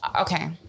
okay